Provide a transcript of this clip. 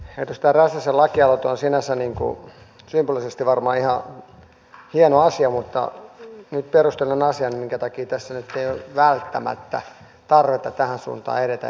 edustaja räsäsen lakialoite on sinänsä symbolisesti varmaan ihan hieno asia mutta nyt perustelen asian minkä takia tässä nyt ei ole välttämättä tarvetta tähän suuntaan edetä eduskunnassa